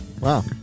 Wow